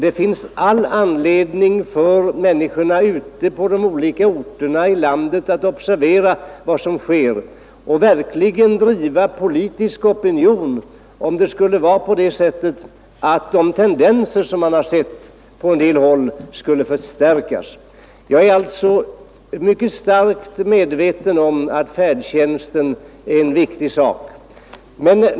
Det finns all anledning för människorna ute på de olika orterna i landet att observera vad som sker och verkligen driva politisk opinion om de tendenser som man märkt på en del håll skulle förstärkas. Jag är alltså mycket starkt medveten om att färdtjänsten är en viktig angelägenhet.